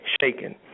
shaken